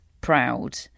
proud